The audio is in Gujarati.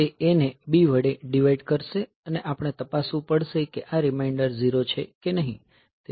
તે A ને B વડે ડીવાઈડ કરશે અને હવે આપણે તપાસવું પડશે કે આ રીમાઇન્ડર 0 છે કે નહીં